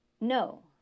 No